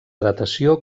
datació